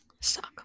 suck